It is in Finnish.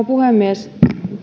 puhemies